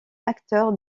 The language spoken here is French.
acteurs